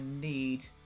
need